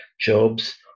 jobs